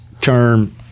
term